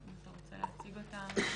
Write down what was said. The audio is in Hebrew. אם אתה רוצה להציג אותה,